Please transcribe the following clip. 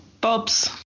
Bobs